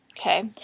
Okay